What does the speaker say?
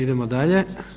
Idemo dalje.